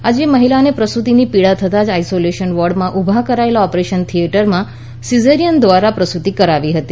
આજે મહિલાને પ્રસુતિની પીડા થતાં આઇસોલેશન વોર્ડમાં ઊભા કરાયેલા ઓપરેશન થિયેટરમાં સિઝેરિયન દ્વારા પ્રસુતિ કરાવી હતી